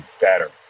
better